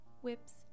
whips